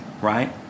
right